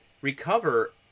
recover